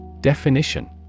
Definition